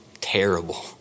terrible